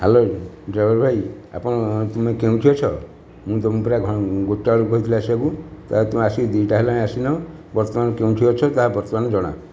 hello driver ଭାଇ ଆପଣ ତୁମେ କେଉଁଠି ଅଛ ମୁଁ ତୁମକୁ ପରା ଗୋଟାଏ ବେଳକୁ କହିଥିଲି ଆସିବାକୁ ତୁମେ ଆସିକି ଦୁଇଟା ହେଲାଣି ଆସିନ ବର୍ତ୍ତମାନ କେଉଁଠି ଅଛ ତାହା ବର୍ତ୍ତମାନ ଜଣାଅ